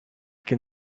can